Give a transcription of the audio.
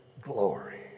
glory